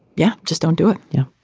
yeah just don't do it. yeah.